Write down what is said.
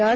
R